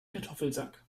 kartoffelsack